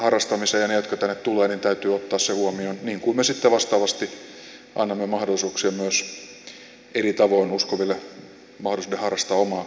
niiden jotka tänne tulevat täytyy ottaa se huomioon niin kuin me sitten vastaavasti annamme mahdollisuuksia myös eri tavoin uskoville harrastaa omaa kulttuuriansa